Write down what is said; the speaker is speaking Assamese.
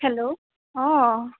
হেল্ল' অঁ